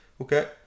Okay